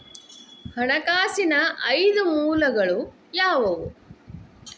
ಹಣಕಾಸಿನ ಐದು ಮೂಲಗಳು ಯಾವುವು?